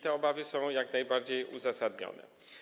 Te obawy są jak najbardziej uzasadnione.